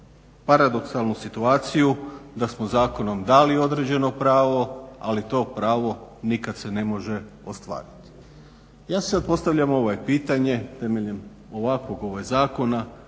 paradoksalnu situaciju da smo zakonom dali određeno pravo, ali to pravo nikad se ne može ostvariti. Ja sad postavljam pitanje temeljem ovakvog pitanja